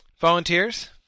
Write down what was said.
volunteers